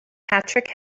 patrick